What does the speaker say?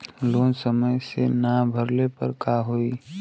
Loan समय से ना भरले पर का होयी?